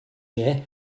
year